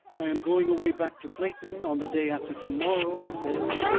i am going away back to clayton on the day after to-morrow, i said,